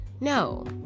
No